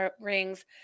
rings